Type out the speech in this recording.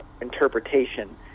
interpretation